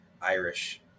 Irish